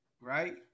right